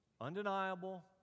undeniable